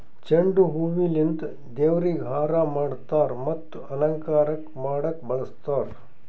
ಚೆಂಡು ಹೂವಿಲಿಂತ್ ದೇವ್ರಿಗ್ ಹಾರಾ ಮಾಡ್ತರ್ ಮತ್ತ್ ಅಲಂಕಾರಕ್ಕ್ ಮಾಡಕ್ಕ್ ಬಳಸ್ತಾರ್